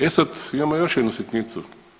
E sad, imamo još jednu sitnicu.